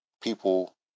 People